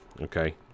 Okay